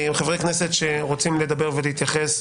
חברי כנסת שרוצים לדבר ולהתייחס,